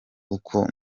uko